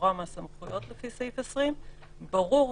מהסמכויות לפי סעיף 20. ברור,